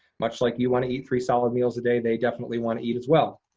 much like you wanna eat three solid meals a day, they definitely wanna eat, as well.